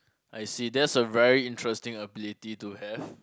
I see that's a very interesting ability to have